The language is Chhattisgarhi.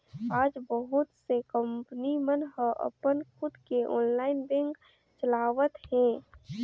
आज बहुत से कंपनी मन ह अपन खुद के ऑनलाईन बेंक चलावत हे